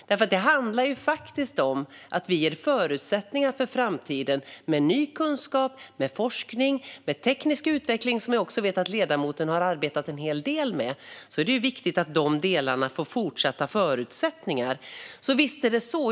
Det handlar om att vi ger förutsättningar för framtiden med ny kunskap, med forskning och med teknisk utveckling, något som jag också vet att ledamoten har arbetat en hel del med. Det är viktigt att de delarna får fortsatta förutsättningar. Så visst är det så.